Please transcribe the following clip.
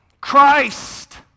Christ